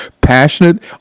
passionate